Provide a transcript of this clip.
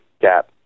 gap